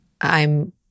I'm-